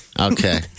Okay